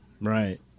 Right